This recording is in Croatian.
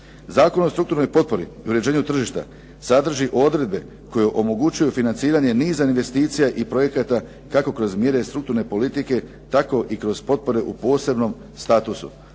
Zakon o strukturnoj potpori i uređenju tržišta sadrži odredbe koje omogućuju financiranje niza investicija i projekata kako kroz mjere strukturne politike, tako i kroz potpore u posebnom statusu.